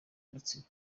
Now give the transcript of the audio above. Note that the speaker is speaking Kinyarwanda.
rutsiro